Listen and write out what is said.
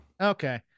Okay